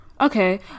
okay